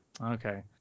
okay